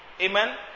Amen